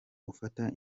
ufata